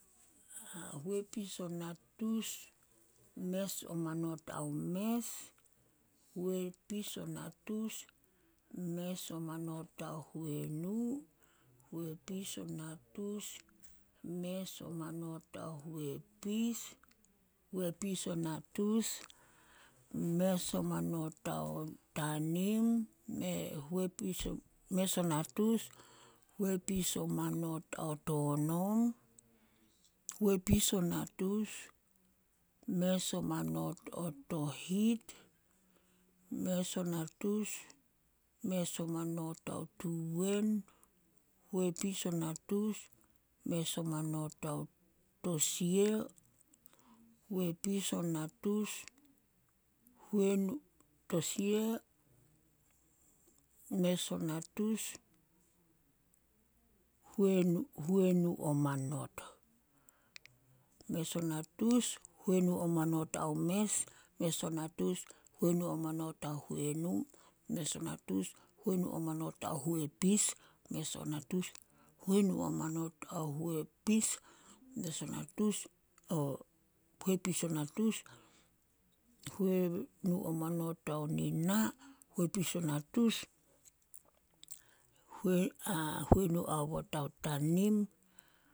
﻿Huepis o natus mes o manot ao mes, huepis o natus mes o manot ao huenu, huepis o natus mes o manot ao huepis, huepis o natus mes o manot ao tanim, huepis o natus mes o manot ao tonom, huepis o natus mes o manot ao tohit, mes o natus mes o manot ao tuwen, huepis o natus mes o manot ao tosia, mes o natus huenu- huenu o manot. Mes o natus huenu o manot ao mes, mes o natus huenu o manot ao huenu, mes o natus huenu o manot ao huepis, mes o natus huenu o manot ao huepis, huepis o natus huenu o manot ao nina,